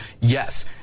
yes –